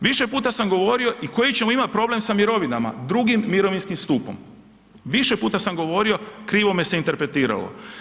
Više puta sam govorio i koji ćemo imati problem sa mirovinama, drugim mirovinskim stupom, više puta sam govorio, krivo me se interpretiralo.